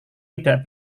tidak